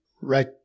right